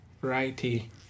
variety